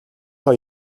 тоо